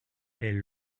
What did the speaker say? elle